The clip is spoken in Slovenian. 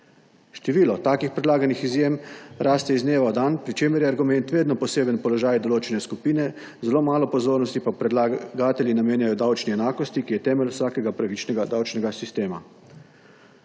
Število takšnih predlaganih izjem raste iz dneva v dan, pri čemer je argument vedno poseben položaj določene skupine, zelo malo pozornosti pa predlagatelji namenjajo davčni enakosti, ki je temelj vsakega pravičnega davčnega sistema.